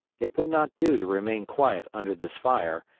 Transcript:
it would not do to remain quiet under this fire,